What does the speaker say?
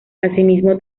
asimismo